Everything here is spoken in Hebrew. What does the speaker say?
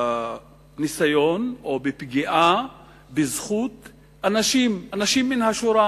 בניסיון או בפגיעה בזכות אנשים מן השורה,